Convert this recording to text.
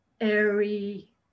airy